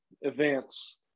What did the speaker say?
events